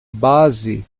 base